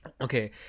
Okay